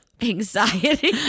anxiety